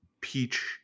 peach